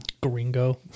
Gringo